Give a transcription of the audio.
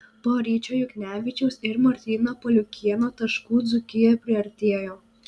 po ryčio juknevičiaus ir martyno paliukėno taškų dzūkija priartėjo